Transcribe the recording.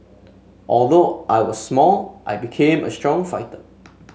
although I was small I became a strong fighter